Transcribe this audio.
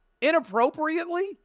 inappropriately